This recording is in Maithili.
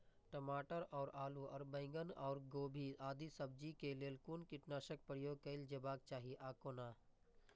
टमाटर और आलू और बैंगन और गोभी आदि सब्जी केय लेल कुन कीटनाशक प्रयोग कैल जेबाक चाहि आ कोना?